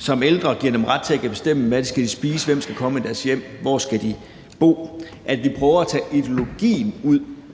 giver de ældre ret til selv at bestemme, hvad de skal spise, hvem der skal komme i deres hjem, og hvor de skal bo; at vi prøver at tage ideologien ud